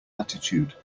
latitude